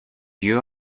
you